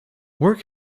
work